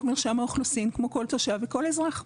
מרשם האוכלוסין כמו כל תושב וכל אזרח.